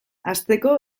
hasteko